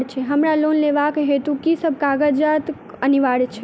हमरा लोन लेबाक हेतु की सब कागजात अनिवार्य छैक?